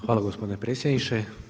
Hvala gospodine predsjedniče.